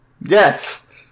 Yes